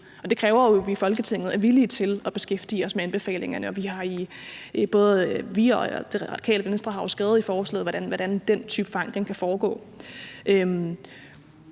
Det kræver jo, at vi i Folketinget er villige til at beskæftige os med anbefalingerne, og vi og Radikale Venstre har skrevet i forslaget, hvordan den type forankring kan foregå.